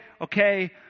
Okay